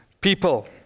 people